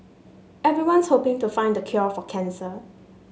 everyone's hoping to find the cure for cancer